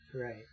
Right